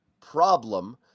problem